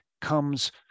comes